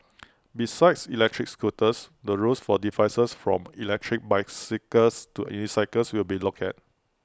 besides electric scooters the rules for devices from electric bicycles to unicycles will be looked at